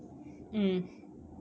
mm